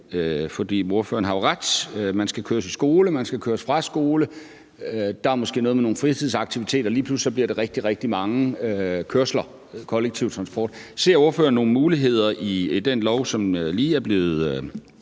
jo ret i – er, at børnene skal køres i skole og fra skole, og der er måske noget med nogle fritidsaktiviteter, og lige pludselig bliver det rigtig, rigtig mange kørsler med kollektiv transport. Ser ordføreren nogle muligheder i det lovforslag, som lige er blevet